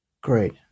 great